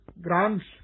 grants